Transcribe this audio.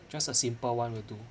just a simple one will do